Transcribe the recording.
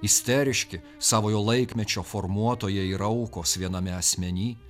isteriški savojo laikmečio formuotojai ir aukos viename asmeny